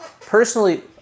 personally